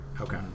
Okay